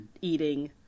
eating